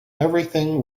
everything